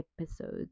episodes